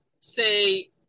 say